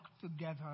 together